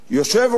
יושב-ראש סיעה,